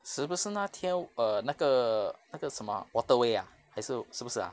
是不是那天 err 那个那个什么 ah waterway ah 还是是不是 ah